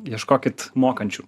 ieškokit mokančių